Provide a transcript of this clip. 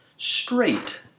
straight